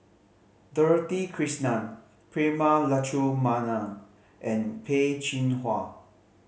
Dorothy Krishnan Prema Letchumanan and Peh Chin Hua